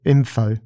Info